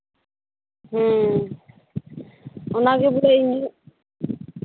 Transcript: ᱦᱮᱸ ᱚᱱᱟᱜᱮ ᱵᱚᱞᱮ ᱤᱧᱟᱹᱜ